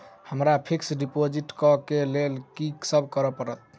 हमरा fix deposit करऽ केँ लेल की सब करऽ पड़त?